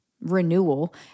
renewal